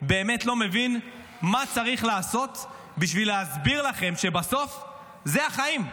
באמת לא מבין מה צריך לעשות בשביל להסביר לכם שבסוף זה החיים.